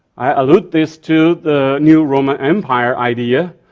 i allude this to the new roman empire idea,